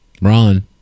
ron